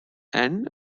and